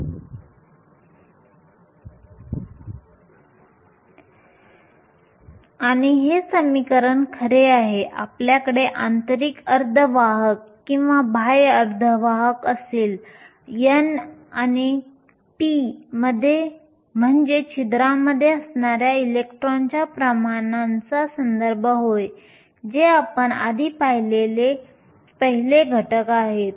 आणि हे समीकरण खरे आहे आपल्याकडे आंतरिक अर्धवाहक किंवा बाह्य अर्धवाहक असेल n आणि p म्हणजे छिद्रांमध्ये असणाऱ्या इलेक्ट्रॉनच्या प्रमाणाचा संदर्भ होय जे आपण आधी पाहिलेले पहिले घटक आहेत